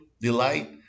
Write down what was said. delight